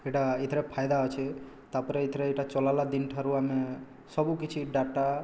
ଏଇଟା ଏଥିରେ ଫାଇଦା ଅଛେ ତା'ପରେ ଏଥିରେ ଏଇଟା ଚଲାଇଲା ଦିନଠାରୁ ଆମେ ସବୁକିଛି ଡାଟା